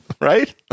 Right